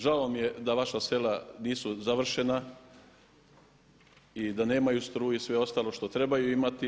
Žao mi je da vaša sela nisu završena i da nemaju struju i sve ostalo što trebaju imati.